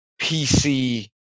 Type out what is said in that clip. pc